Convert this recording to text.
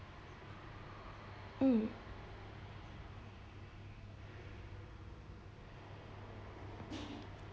mm